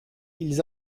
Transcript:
ils